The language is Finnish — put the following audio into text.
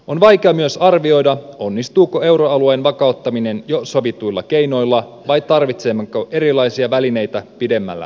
on vaikea myös arvioida onnistuuko euroalueen vakauttaminen jo sovituilla keinoilla vai tarvitsemmeko erilaisia välineitä pidemmällä tähtäimellä